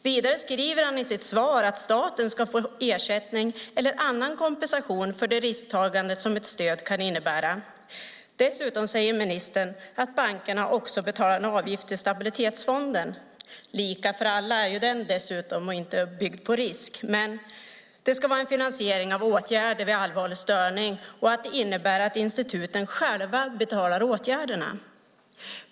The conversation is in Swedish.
Vidare skriver han i sitt svar att staten ska få ersättning eller annan kompensation för det risktagande som ett stöd kan innebära. Dessutom säger ministern att bankerna betalar en avgift till stabilitetsfonden, lika för alla dessutom och inte byggd på risk. Det ska vara en finansiering av åtgärder vid allvarlig störning, och det innebär att instituten själva betalar åtgärderna.